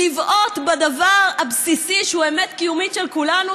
לבעוט בדבר הבסיסי שהוא אמת קיומית של כולנו,